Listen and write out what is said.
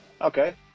Okay